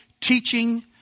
Teaching